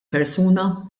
persuna